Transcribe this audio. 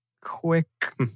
quick